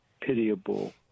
pitiable